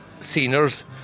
Seniors